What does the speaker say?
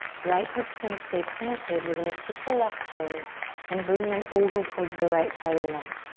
right foot's gonna stay planted. we're gonna take the left toes and bring them over towards the right side of the mat.